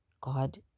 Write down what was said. God